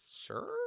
sure